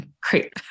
Great